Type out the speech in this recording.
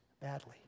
badly